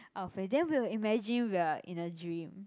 our face then we'll imagine we are in a dream